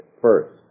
First